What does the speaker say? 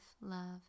love